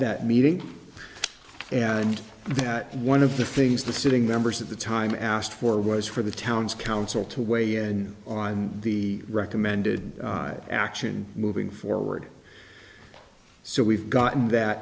that meeting and one of the things the sitting members at the time asked for was for the town's counsel to weigh in on the recommended action moving forward so we've gotten that